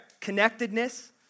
Connectedness